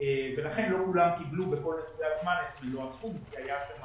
ולכן לא כולם קיבלו בכל הזמן את מלוא הסכום כי הייתה שם